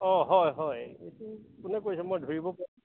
অঁ হয় হয় এইটো কোনে কৈছে মই ধৰিব পৰা নাই